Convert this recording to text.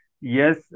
yes